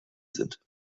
sind